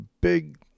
big